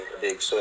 big